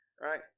right